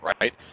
right